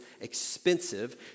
expensive